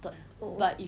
oh